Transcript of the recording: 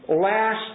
last